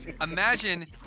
Imagine